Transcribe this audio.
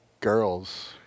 girls